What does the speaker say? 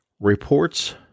Reports